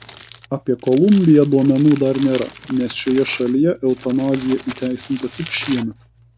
apie kolumbiją duomenų dar nėra nes šioje šalyje eutanazija įteisinta tik šiemet